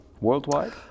worldwide